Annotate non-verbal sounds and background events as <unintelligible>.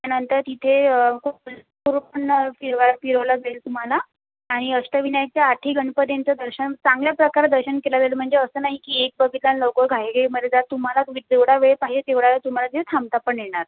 नंतर तिथे खूप <unintelligible> चहूकडून फिरवा फिरवलं जाईल तुम्हाला आणि अष्टविनायकाच्या आठही गणपतींचं दर्शन चांगल्या प्रकारे दर्शन केलं जाईल म्हणजे असं नाही की एक बघितला आणि लवकर घाईघाईमध्ये जर तुम्हाला तुम्ही जेवढा वेळ पाहिजे तेवढा वेळ तुम्हाला तिथे थांबता पण येणार